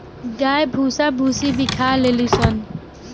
गाय भूसा भूसी भी खा लेली सन